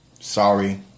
Sorry